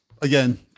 Again